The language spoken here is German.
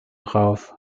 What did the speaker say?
drauf